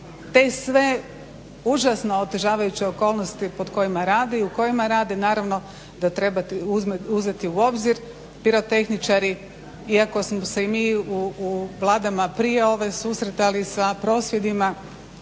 te sve užasno otežavajuće okolnosti pod kojima rade i u kojima rade naravno da treba uzeti u obzir. Pirotehničari, iako smo se i mi u Vladama prije ove susretali sa prosvjedima,